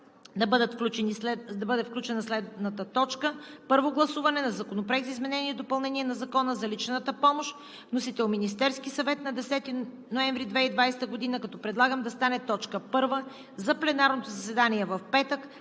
да бъде включена следната точка: Първо гласуване на Законопроект за изменение и допълнение на Закона за личната помощ. Вносител – Министерският съвет на 10 ноември 2020 г., като предлагам да стане точка първа за пленарното заседание в петък,